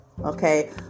okay